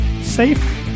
safe